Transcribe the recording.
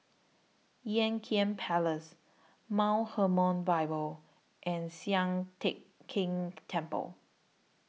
Ean Kiam Place Mount Hermon Bible and Sian Teck Tng Temple